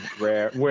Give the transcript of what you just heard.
rare